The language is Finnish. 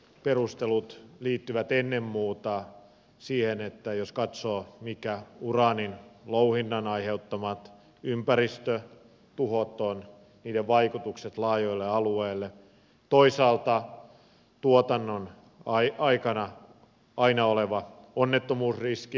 perustelut liittyvät ennen muuta siihen jos katsoo mitkä uraanin louhinnan aiheuttamat ympäristötuhot ovat niiden vaikutukset laajoille alueille toisaalta tuotannon aikana aina oleva onnettomuusriski